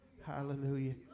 hallelujah